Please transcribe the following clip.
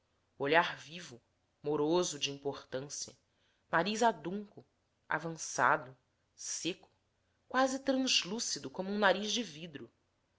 olhar vivo moroso de importância nariz adunco avançado seco quase translúcido como um nariz de vidro